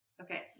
Okay